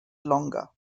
longer